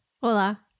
Hola